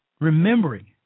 remembering